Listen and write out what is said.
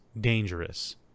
dangerous